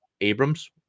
Abrams